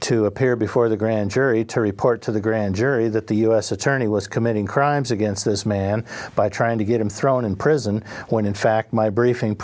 to appear before the grand jury to report to the grand jury that the u s attorney was committing crimes against this man by trying to get him thrown in prison when in fact my briefing